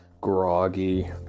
groggy